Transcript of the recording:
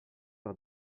par